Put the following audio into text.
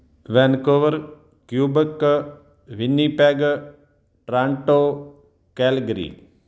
Vancouver Quebec Winnipeg Toronto Calgary